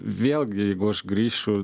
vėlgi jeigu aš grįšiu